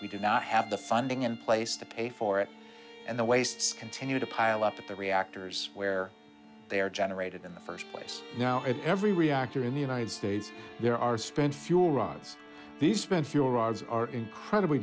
could not have the funding in place to pay for it and the wastes continue to pile up at the reactors where they are generated in the first place you know every reactor in the united states there are spent fuel rods these spent fuel rods are incredibly